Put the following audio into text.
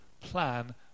plan